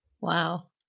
Wow